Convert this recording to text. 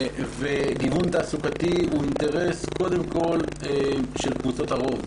גיוון תעסוקתי הוא קודם כול אינטרס של קבוצות הרוב,